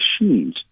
machines